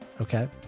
okay